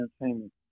entertainment